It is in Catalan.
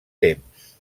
temps